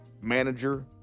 Manager